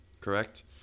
correct